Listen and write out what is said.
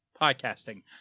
Podcasting